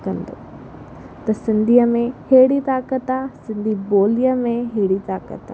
कंदो त सिंधीअ में अहिड़ी ताक़त आहे सिंधी ॿोलीअ में अहिड़ी ताक़त आहे